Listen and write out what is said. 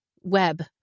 web